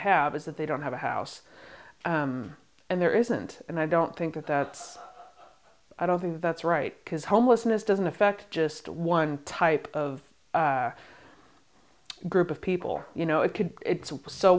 have is that they don't have a house and there isn't and i don't think that's i don't think that's right because homelessness doesn't affect just one type of group of people you know it could it's so